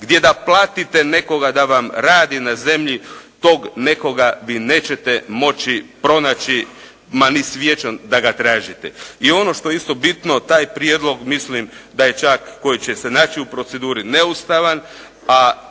gdje da platite nekoga da vam radi na zemlji tog nekoga vi nećete moći pronaći ma ni svijećom da ga tražite. I ono što je isto bitno, taj prijedlog mislim da je čak, koji će se naći u proceduri neustavan,